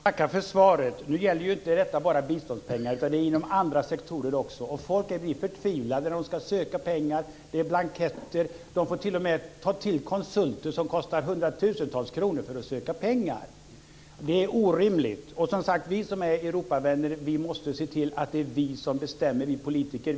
Fru talman! Jag tackar för svaret. Nu gäller det här inte bara biståndspengar utan även inom andra sektorer. Folk blir förtvivlade när de ska söka pengar. Det är blanketter, och de får t.o.m. ta till konsulter som kostar hundratusentals kronor för att söka pengar. Det är orimligt. Som sagt, vi som är Europavänner måste se till att det är vi politiker som bestämmer.